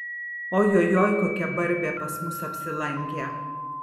ojojoi kokia barbė pas mus apsilankė